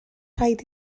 rhaid